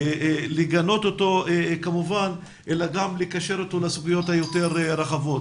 לגנות אותו כמובן אלא גם לקשר אותו לסוגיות היותר רחבות,